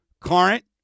current